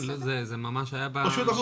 כן, זה היה בשקף.